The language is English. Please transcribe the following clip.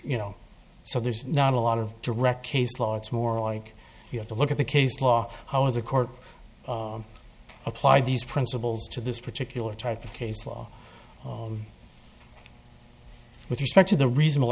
you know so there's not a lot of direct case law it's more oik you have to look at the case law how is the court apply these principles to this particular type of case law with respect to the reasonable